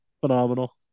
Phenomenal